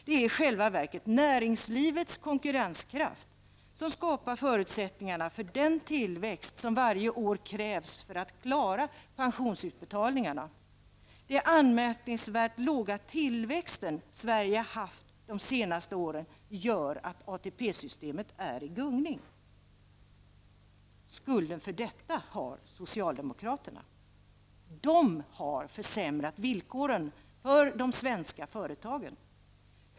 Det är i själva verket näringslivets konkurrenskraft som skapar förutsättningarna för den tillväxt som varje år krävs för att klara pensionsutbetalningarna. Den anmärkningsvärt låga tillväxt som Sverige har haft de senaste åren gör att ATP-systemet är i gungning. Socialdemokraterna har skulden för detta. De har försämrat villkoren för de svenska företagen.